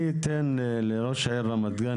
אני אתן לראש העיר רמת גן,